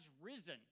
risen